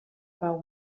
pau